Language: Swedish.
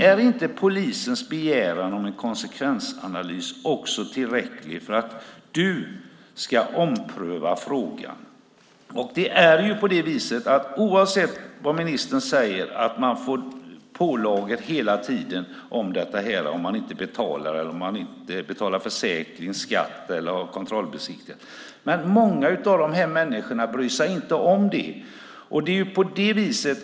Är inte polisens begäran om en konsekvensanalys också tillräcklig för att du ska ompröva frågan? Ministern säger att man får pålagor hela tiden om man inte betalar försäkring, skatt eller har kontrollbesiktigat, men många av de här människorna bryr sig inte om det.